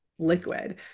liquid